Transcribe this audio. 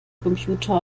computer